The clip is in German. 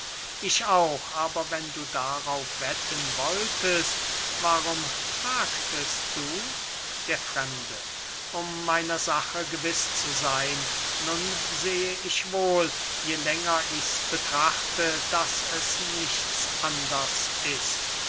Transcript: ich auch aber wenn du darauf wetten wolltest warum fragtest du der fremde um meiner sache gewiß zu seyn nun sehe ich wohl je länger ich's betrachte daß es nichts anders ist